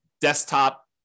desktop